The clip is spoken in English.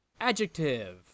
adjective